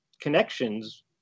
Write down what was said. connections